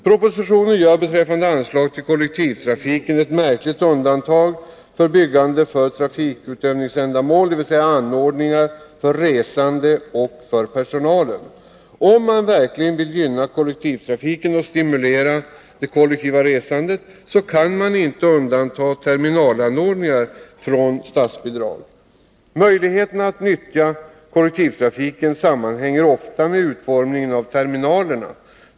Propositionen gör beträffande anslag till kollektivtrafiken ett märkligt undantag för byggande för trafikutövningsändamål, dvs. anordningar för resande och för personal. Om man verkligen vill gynna kollektivtrafiken och stimulera det kollektiva resandet, kan man inte undanta terminalanordningar från statsbidrag. Möjligheterna att nyttja kollektivtrafiken sammanhänger ofta med utformningen av terminalerna.